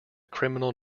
criminal